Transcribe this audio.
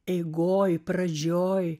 eigoje pradžioje